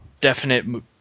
definite